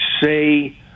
say